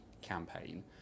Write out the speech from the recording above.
campaign